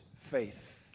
faith